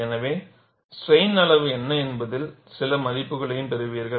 எனவே ஸ்ட்ரைன் அளவு என்ன என்பதில் சில மதிப்புகளையும் பெறுவீர்கள்